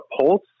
pulse